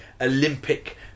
Olympic